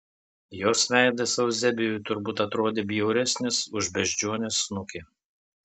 jos veidas euzebijui turbūt atrodė bjauresnis už beždžionės snukį